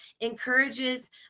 encourages